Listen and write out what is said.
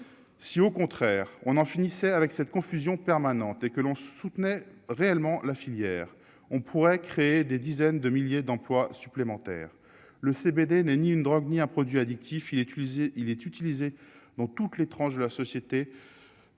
si au contraire on en finissait avec cette confusion permanente et que l'on soutenait réellement la filière on pourrait créer des dizaines de milliers d'emplois supplémentaires le CBD n'est ni une drogue ni un produit addictif, il est utilisé, il est utilisé dans toutes les tranches de la société